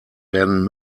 werden